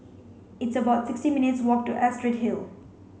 it's about sixty minutes' walk to Astrid Hill